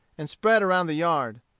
and spread around the yard.